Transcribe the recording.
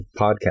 podcast